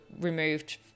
removed